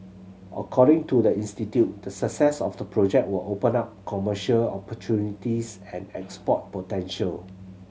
according to the institute the success of the project will open up commercial opportunities and export potential